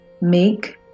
Make